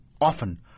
Often